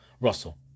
Russell